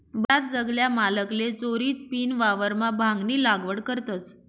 बराच जागल्या मालकले चोरीदपीन वावरमा भांगनी लागवड करतस